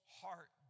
heart